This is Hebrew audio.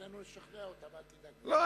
שנינו נשכנע אותם, אל תדאג.